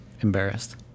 Embarrassed